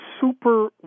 super